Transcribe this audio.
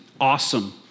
awesome